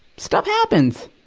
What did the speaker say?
stuff happens!